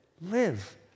live